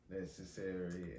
necessary